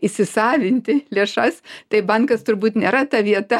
įsisavinti lėšas tai bankas turbūt nėra ta vieta